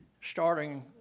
starting